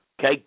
Okay